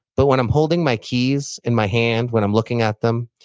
but when i'm holding my keys in my hand, when i'm looking at them,